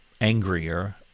angrier